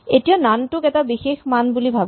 এতিয়া নন টোক এটা বিশেষ মান বুলি ভাৱা